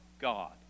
God